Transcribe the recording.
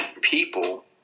people